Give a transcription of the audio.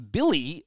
Billy